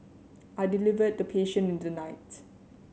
I delivered the patient in the night